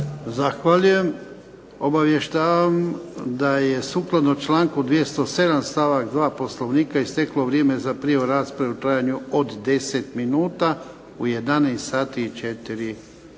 Zahvaljujem. Obavještavam da je sukladno članku 207. stavak 2. Poslovnika isteklo vrijeme za prijavu rasprave u trajanju od 10 minuta u 11,04